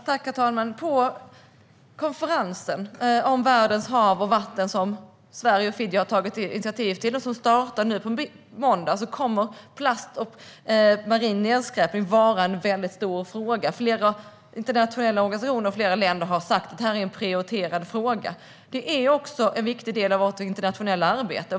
Herr talman! På konferensen om världens hav och vatten, som Sverige och Fiji har tagit initiativ till och som startar på måndag, kommer plast och marin nedskräpning att vara en stor fråga. Flera internationella organisationer och länder har sagt att det är en prioriterad fråga. Detta är en viktig del av vårt internationella arbete.